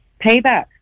payback